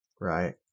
right